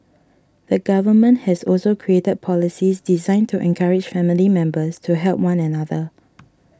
the government has also created policies designed to encourage family members to help one another